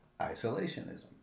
isolationism